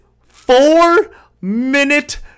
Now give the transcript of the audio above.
four-minute